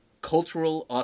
cultural